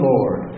Lord